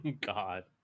God